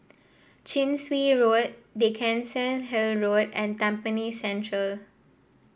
Chin Swee Road Dickenson Hill Road and Tampine Central